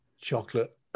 chocolate